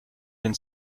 den